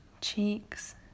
cheeks